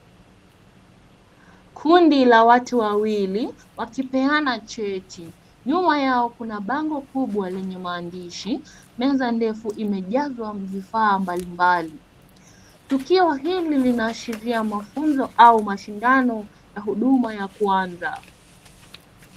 Kundi la watu wawili wakipeana cheti. Nyuma yao kuna bango kubwa lenye maandishi meza ndefu imejazwa vifaa mbalimbali. Tukio hili linaashiria mafunzo au mashindano ya huduma ya kwanza.